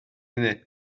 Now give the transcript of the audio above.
hynny